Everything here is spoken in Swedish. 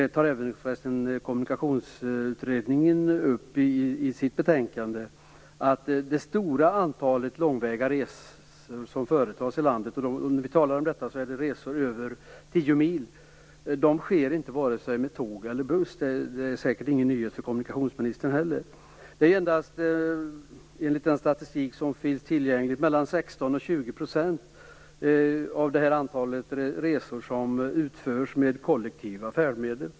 Det är ingen nyhet utan kan betraktas som en mycket gammal sanning att det stora antalet långväga resor som företas i landet - resor över tio mil - varken sker med tåg eller buss. Det tar även Kommunikationsutredningen upp i sitt betänkande. Det är säkert ingen nyhet för kommunikationsministern heller. Det är endast, enligt den statistik som finns tillgänglig, mellan 16 och 20 % av dessa resor som utförs med kollektiva färdmedel.